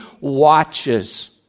watches